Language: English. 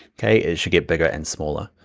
okay? it should get bigger and smaller,